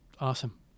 Awesome